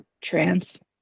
trans